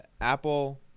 Apple